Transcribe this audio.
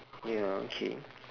ya okay